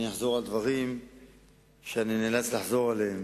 אחזור על דברים שאני נאלץ לחזור עליהם.